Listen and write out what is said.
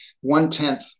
one-tenth